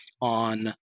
on